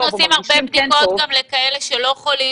או מרגישים --- היום אנחנו עושים הרבה בדיקות גם לכאלה שלא חולים,